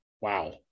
Wow